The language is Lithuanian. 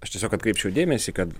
aš tiesiog atkreipčiau dėmesį kad